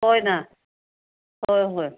होय ना होय होय